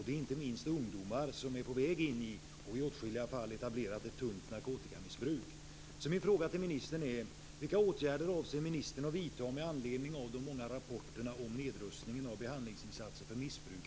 Det är inte minst ungdomar som är på väg in i och i åtskilliga fall har etablerat ett tungt narkotikamissbruk.